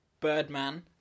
Birdman